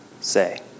say